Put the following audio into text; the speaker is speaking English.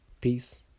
Peace